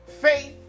Faith